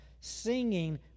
singing